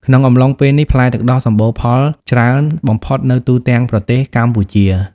ក្នុងកំឡុងពេលនេះ ផ្លែទឹកដោះសម្បូរផលច្រើនបំផុតនៅទូទាំងប្រទេសកម្ពុជា។